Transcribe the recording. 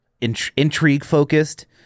intrigue-focused